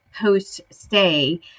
post-stay